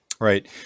Right